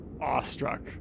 Awestruck